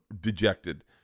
dejected